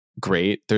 great